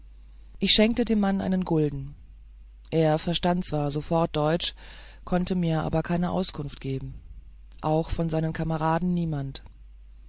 ich schenkte dem mann einen gulden er verstand zwar sofort deutsch konnte mir aber keine auskunft geben auch von seinen kameraden niemand